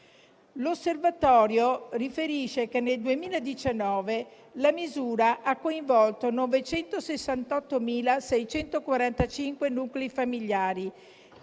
L'osservatorio riferisce che nel 2019 la misura ha coinvolto 968.645 nuclei familiari